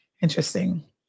interesting